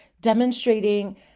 demonstrating